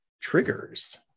triggers